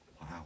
Wow